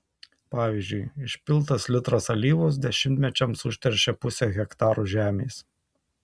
pavyzdžiui išpiltas litras alyvos dešimtmečiams užteršia pusę hektaro žemės